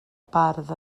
bardd